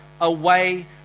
away